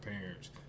parents